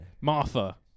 Martha